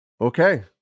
Okay